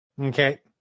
Okay